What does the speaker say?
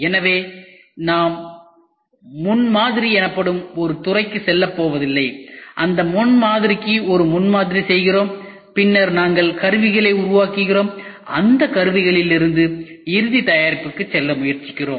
எனவே நாம் முன்மாதிரி எனப்படும் ஒரு துறைக்கு செல்லப் போவதில்லை அந்த முன்மாதிரிக்கு ஒரு முன்மாதிரி செய்கிறோம் பின்னர் நாங்கள் கருவிகளை உருவாக்குகிறோம் அந்த கருவிகளிலிருந்து இறுதி தயாரிப்புக்கு செல்ல முயற்சிக்கிறோம்